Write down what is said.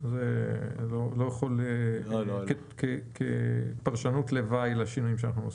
זאת לא יכולה להיות פרשנות לוואי לשינויים שאנחנו עושים.